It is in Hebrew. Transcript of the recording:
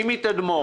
מי כאן מתדמור?